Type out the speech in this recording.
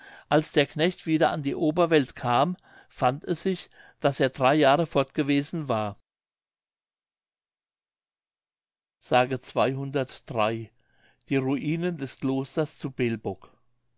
als der knecht wieder an die oberwelt kam fand es sich daß er drei jahre fortgewesen war mündlich die ruinen des klosters zu belbog